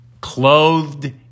Clothed